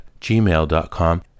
gmail.com